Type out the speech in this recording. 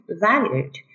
valued